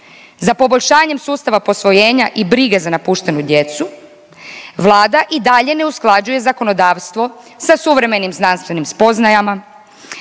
za poboljšanjem sustava posvojenja i brige za napuštenu djecu, Vlada i dalje ne usklađuje zakonodavstvo sa suvremenim znanstvenim spoznajama,